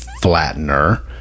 flattener